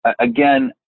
Again